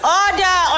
order